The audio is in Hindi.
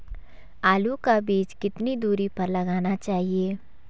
आलू का बीज कितनी दूरी पर लगाना चाहिए?